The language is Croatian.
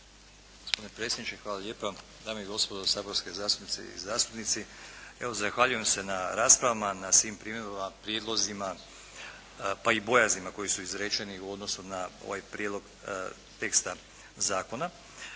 Gospodine predsjedniče, hvala lijepa. Dame i gospodo saborske zastupnice i zastupnici. Evo, zahvaljujem se na raspravama, na svim primjedbama, prijedlozima pa i bojaznima koji su izrečeni u odnosu na ovaj prijedlog teksta zakona.